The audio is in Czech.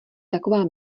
taková